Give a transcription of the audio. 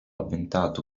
avventato